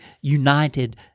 United